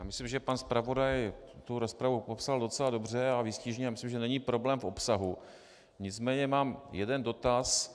Myslím si, že pan zpravodaj rozpravu popsal docela dobře a výstižně, a myslím, že není problém v obsahu, nicméně mám jeden dotaz.